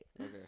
Okay